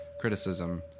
criticism